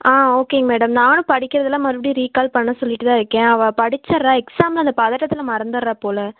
ஆ okay madam நானும் படிக்கிறதெல்லாம் மறுபடி ரிகால் பண்ண சொல்லிகிட்டு தான் இருக்கேன் அவள் படிச்சிடுறா எக்ஸாமில் அந்த பதட்டத்தில் மறந்துடுறா போல்